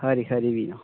खरी खरी फ्ही